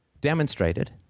demonstrated